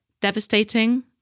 devastating